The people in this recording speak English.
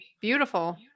beautiful